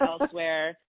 elsewhere